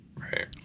right